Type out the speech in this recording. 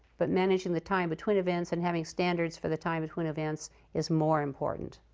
but managing the time between events and having standards for the time between events is more important.